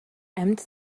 амьд